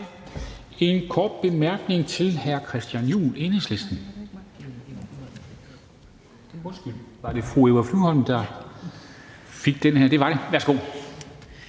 en kort bemærkning til hr. Christian Juhl, Enhedslisten.